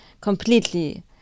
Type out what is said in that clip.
completely